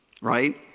right